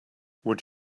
would